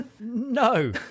No